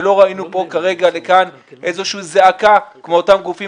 ולא ראינו פה כרגע איזו שהיא זעקה מאותם גופים